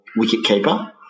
wicketkeeper